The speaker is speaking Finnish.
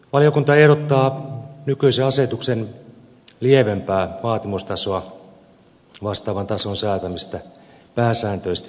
valiokunta ehdottaa nykyisen asetuksen lievempää vaatimustasoa vastaavan tason säätämistä pääsääntöisesti noudatettavaksi lähtökohdaksi